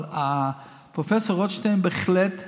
אבל פרופ' רוטשטיין בהחלט צודק,